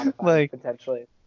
Potentially